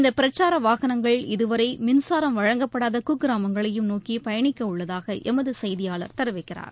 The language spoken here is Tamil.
இந்த பிரச்சார வாகனங்கள் இதுவரை மின்சாரம் வழங்கப்படாத குக்கிரமங்களையும் நோக்கி பயணிக்க உள்ளதாக எமது செய்தியாளர் ் தெரிவிக்கிறார்